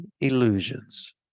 illusions